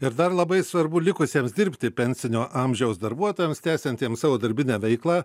ir dar labai svarbu likusiems dirbti pensinio amžiaus darbuotojams tęsiantiems savo darbinę veiklą